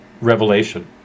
Revelation